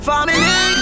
Family